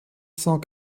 cent